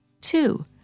Two